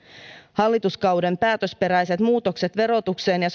hallituskauden päätösperäiset muutokset verotukseen ja